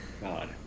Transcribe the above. god